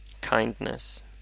kindness